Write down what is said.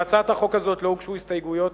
להצעת החוק הזאת לא הוגשו הסתייגויות.